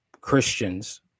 Christians